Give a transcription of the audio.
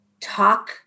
talk